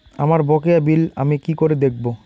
আমার বকেয়া বিল আমি কি করে দেখব?